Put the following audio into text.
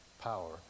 power